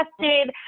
tested